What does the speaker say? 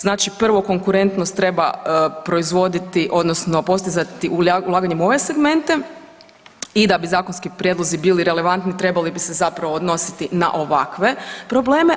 Znači prvo konkurentnost treba proizvoditi odnosno postizati ulaganjem u ove segmente i da bi zakonski prijedlozi bili relevantni trebali bi se zapravo odnositi na ovakve probleme.